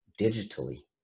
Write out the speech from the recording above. digitally